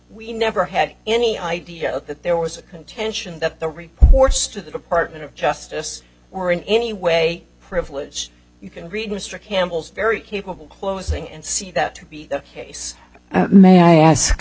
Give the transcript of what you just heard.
we never had any idea that there was a contention that the reports to the department of justice were in any way privilege you can read mr campbell's very capable closing and see that to be the case may i ask